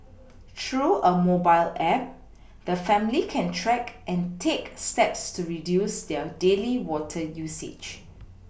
through a mobile app the family can track and take steps to reduce their daily water usage